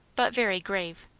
but very grave.